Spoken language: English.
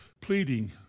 pleading